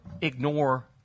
ignore